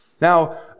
Now